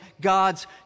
God's